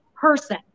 person